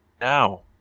now